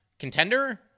contender